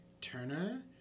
Turner